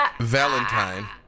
valentine